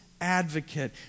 advocate